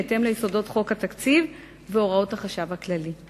בהתאם ליסודות חוק התקציב והוראות החשב הכללי.